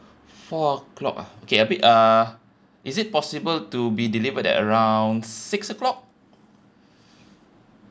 four o'clock ah okay a bit uh is it possible to be delivered at around six o'clock